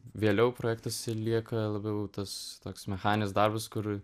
vėliau projektuose lieka labiau tas toks mechaninis darbas kur